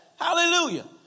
Hallelujah